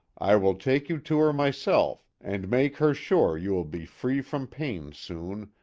i will take you to her myself and make her sure you will be free from pain soon,